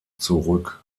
zurück